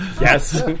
Yes